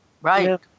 right